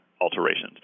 alterations